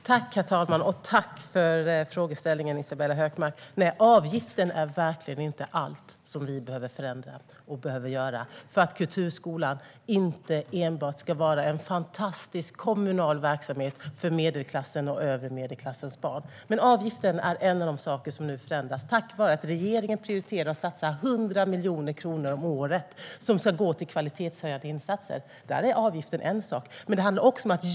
Herr talman! Tack Isabella Hökmark, för frågan! Nej, avgiften är verkligen inte allt som vi behöver förändra för att kulturskolan inte enbart ska vara en fantastisk kommunal verksamhet för medelklassens och övre medelklassens barn. Men avgiften är nu en av de saker som förändras, tack vare att regeringen prioriterar att satsa 100 miljoner kronor om året, som ska gå till kvalitetshöjande insatser. Där är avgiften en del.